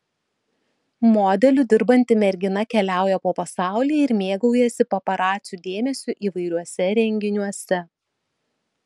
modeliu dirbanti mergina keliauja po pasaulį ir mėgaujasi paparacių dėmesiu įvairiuose renginiuose